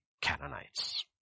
Canaanites